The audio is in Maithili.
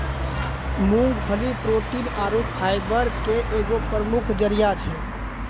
मूंगफली प्रोटीन आरु फाइबर के एगो प्रमुख जरिया छै